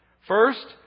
First